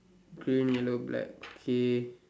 green yellow black okay